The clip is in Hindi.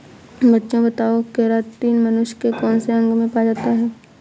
बच्चों बताओ केरातिन मनुष्य के कौन से अंग में पाया जाता है?